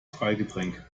freigetränk